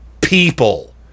people